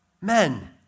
Men